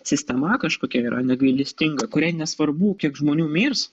sistema kažkokia yra negailestinga kuriai nesvarbu kiek žmonių mirs